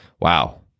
wow